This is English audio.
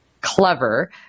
clever